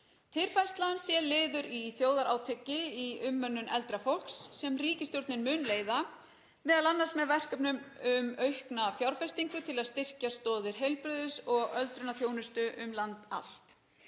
Tilfærslan sé liður í þjóðarátaki í umönnun eldra fólks sem ríkisstjórnin mun leiða, m.a. með verkefnum um aukna fjárfestingu til að styrkja stoðir heilbrigðis- og öldrunarþjónustu um land allt,